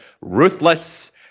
ruthless